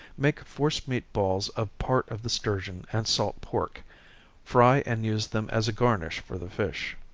make force meat balls of part of the sturgeon and salt pork fry and use them as a garnish for the fish.